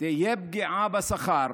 יהיו פגיעה בשכר